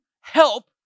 help